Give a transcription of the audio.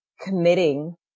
committing